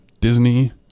Disney